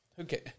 Okay